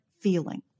feeling